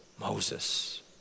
Moses